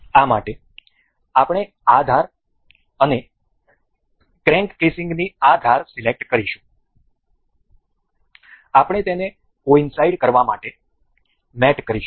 આ માટે આપણે આ ધાર અને ક્રેન્ક કેસિંગની આ ધાર સિલેક્ટ કરીશું આપણે તેને કોઈનસાઈડ કરવા માટે મેટ કરીશું